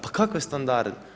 Pa kakve standarde?